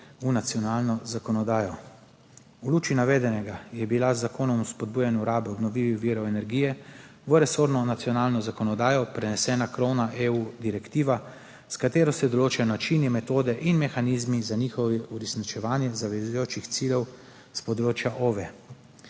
v nacionalno zakonodajo. V luči navedenega je bila z Zakonom o spodbujanju rabe obnovljivih virov energije v resorno nacionalno zakonodajo prenesena krovna direktiva EU, s katero se določajo način, metode in mehanizmi za njihovo uresničevanje zavezujočih ciljev s področja OVE.